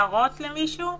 הערות למישהו?